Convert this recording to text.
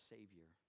Savior